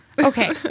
Okay